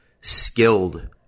skilled